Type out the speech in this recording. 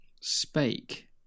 Spake